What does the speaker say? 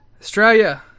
Australia